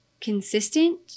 consistent